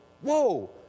whoa